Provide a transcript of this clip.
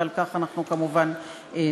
ועל כך אנחנו כמובן נאבקים.